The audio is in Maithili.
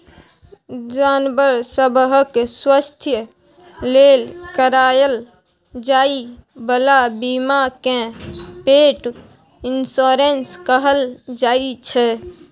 जानबर सभक स्वास्थ्य लेल कराएल जाइ बला बीमा केँ पेट इन्स्योरेन्स कहल जाइ छै